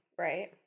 right